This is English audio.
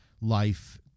life